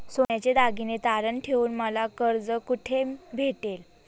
सोन्याचे दागिने तारण ठेवून मला कर्ज कुठे भेटेल?